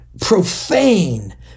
profane